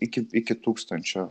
iki iki tūkstančio